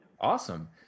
Awesome